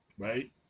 Right